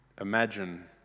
Imagine